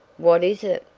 what is it?